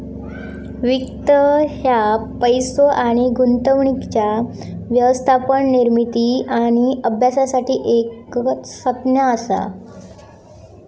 वित्त ह्या पैसो आणि गुंतवणुकीच्या व्यवस्थापन, निर्मिती आणि अभ्यासासाठी एक संज्ञा असा